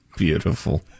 Beautiful